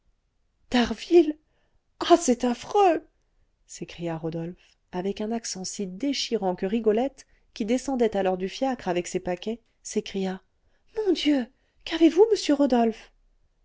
d'harville ah c'est affreux s'écria rodolphe avec un accent si déchirant que rigolette qui descendait alors du fiacre avec ses paquets s'écria mon dieu qu'avez-vous monsieur rodolphe